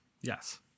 Yes